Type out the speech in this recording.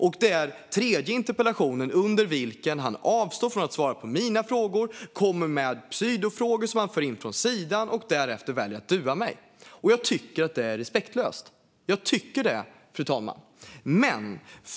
Och det är den tredje interpellationsdebatten under vilken han avstår från att svara på mina frågor, kommer med pseudofrågor som han för in från sidan och därefter väljer att dua mig. Jag tycker att det är respektlöst, fru talman.